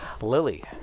lily